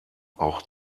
auch